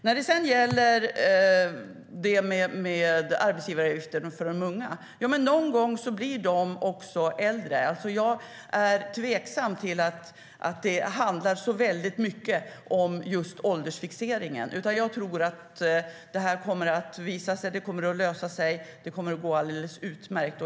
När det gäller arbetsgivaravgifter för unga, så blir de unga någon gång äldre. Jag är tveksam till att det handlar om just åldersfixeringen. Jag tror att det här kommer att lösa sig, och det kommer att gå alldeles utmärkt.